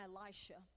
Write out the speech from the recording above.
Elisha